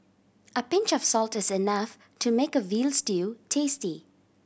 a pinch of salt is enough to make a veal stew tasty